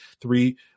three